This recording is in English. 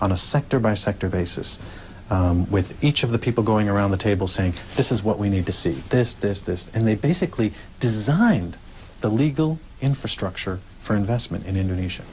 on a sector by sector basis with each of the people going around the table saying this is what we need to see this this this and they basically designed the legal infrastructure for investment in indonesia